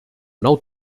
nou